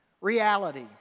reality